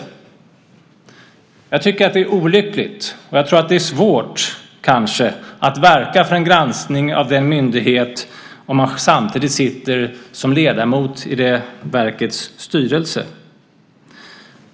Jag tycker att det är olyckligt och tror att det kanske är svårt att verka för en granskning av en myndighet om man samtidigt sitter som ledamot i det verkets styrelse.